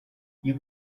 you